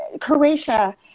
Croatia